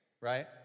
Right